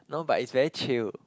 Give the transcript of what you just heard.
no but it's very chilled